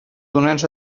donants